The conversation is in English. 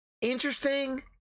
Interesting